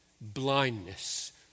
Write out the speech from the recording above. blindness